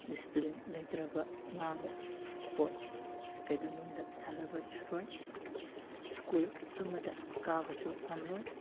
discipline ꯂꯩꯇ꯭ꯔꯕ ꯑꯉꯥꯡꯅ sport ꯀꯩꯗꯧꯅꯨꯡꯗ ꯁꯥꯟꯅꯕ ꯌꯥꯔꯣꯏ ꯁ꯭ꯀꯨꯜ ꯑꯃꯗ ꯀꯥꯕꯁꯨ ꯉꯝꯂꯣꯏ